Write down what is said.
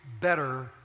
better